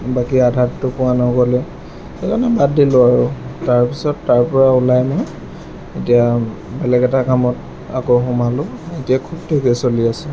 বাকী আধাটোতো পোৱা নগ'লেই সেইকাৰণে বাদ দিলোঁ আৰু তাৰপিছত তাৰ পৰা ওলাই মই এতিয়া বেলেগ এটা কামত আকৌ সোমালোঁ এতিয়া খুব ঠিকে চলি আছে